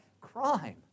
crime